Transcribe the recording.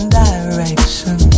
direction